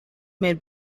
made